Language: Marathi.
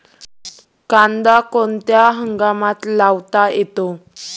कांदा कोणत्या हंगामात लावता येतो?